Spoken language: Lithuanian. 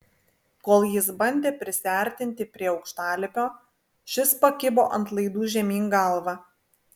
kol jis bandė prisiartinti prie aukštalipio šis pakibo ant laidų žemyn galva